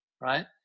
right